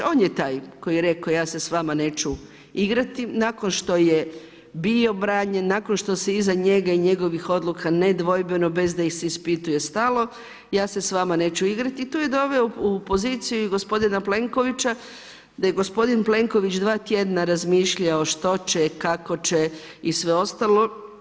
On je taj koji je rekao ja se s vama neću igrati nakon što je bio branjen, nakon što se iza njega i njegovih odluka nedvojbeno bez da ih se ispituje stalo, ja se s vama neću igrati i tu je doveo u poziciju i gospodina Plenkovića da je gospodin Plenković dva tjedna razmišljao što će kako će i sve ostalo.